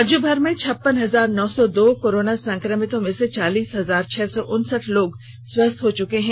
राज्यभर में छप्पन हजार नौ सौ दो कोरोना संक्रमितों में से चालीस हजार छह सौ उनसठ लोग स्वस्थ हो चुके हैं